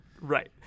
right